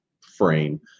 frame